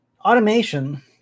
automation